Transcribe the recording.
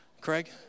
Craig